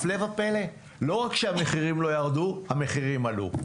הפלא ופלא, לא רק שהמחירים לא ירדו המחירים עלו.